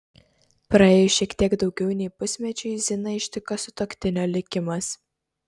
praėjus šiek tiek daugiau nei pusmečiui ziną ištiko sutuoktinio likimas